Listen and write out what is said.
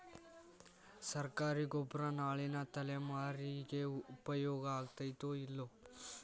ಸರ್ಕಾರಿ ಗೊಬ್ಬರ ನಾಳಿನ ತಲೆಮಾರಿಗೆ ಉಪಯೋಗ ಆಗತೈತೋ, ಇಲ್ಲೋ?